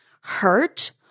hurt